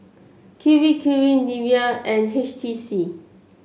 Kirei Kirei Nivea and H T C